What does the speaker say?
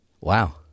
Wow